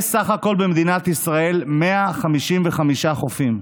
יש בסך הכול במדינת ישראל 155 חופים.